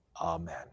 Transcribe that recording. Amen